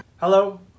Hello